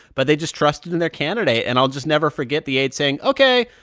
but they just trusted and their candidate. and i'll just never forget the aide saying, ok,